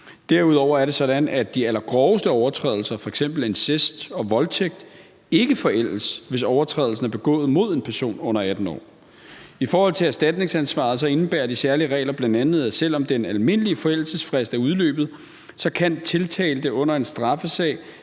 Derudover er det sådan, at de allergroveste overtrædelser, f.eks. incest og voldtægt, ikke forældes, hvis overtrædelsen er begået mod en person under 18 år. I forhold til erstatningsansvaret indebærer de særlige regler bl.a., at selv om den almindelige forældelsesfrist er udløbet, kan tiltalte under en straffesag